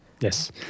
Yes